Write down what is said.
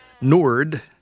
NORD